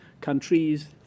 countries